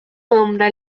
nombre